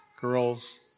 girls